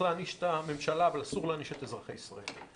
להעניש את הממשלה אבל אסור להעניש את אזרחי מדינת ישראל.